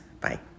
bye